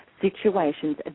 situations